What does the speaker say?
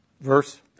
verse